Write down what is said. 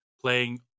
playing